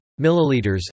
milliliters